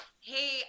Hey